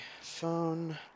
phone